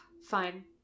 Fine